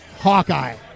Hawkeye